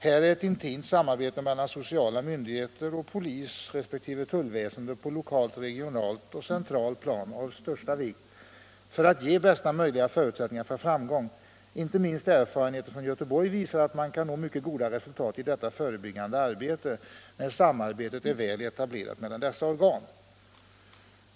Här är ett intimt samarbete mellan sociala myndigheter och polis resp. tullväsende på lokalt, regionalt och centralt plan av största vikt för att ge bästa möjliga förutsättningar för framgång. Inte minst erfarenheter från Göteborg visar att man kan nå mycket goda resultat i detta förebyggande arbete, när samarbetet är väl etablerat mellan dessa organ.